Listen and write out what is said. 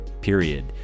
period